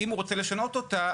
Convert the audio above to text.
ואם הוא רוצה לשנות אותה,